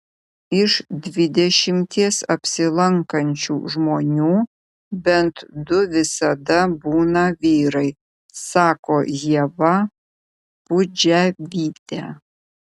iš dvidešimties apsilankančių žmonių bent du visada būna vyrai sako ieva pudževytė